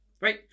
right